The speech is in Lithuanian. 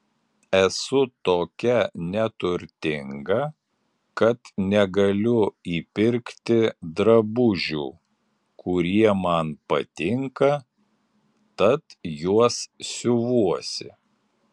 esu tokia neturtinga kad negaliu įpirkti drabužių kurie man patinka tad juos siuvuosi